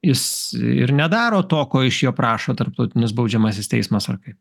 jis ir nedaro to ko iš jo prašo tarptautinis baudžiamasis teismas ar kaip